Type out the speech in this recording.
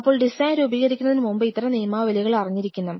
അപ്പോൾ ഡിസൈൻ രൂപീകരിക്കുന്നതിന് മുൻപ് ഇത്തരം നിയമാവലികൾ അറിഞ്ഞിരിക്കണം